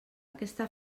aquesta